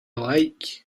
like